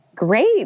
Great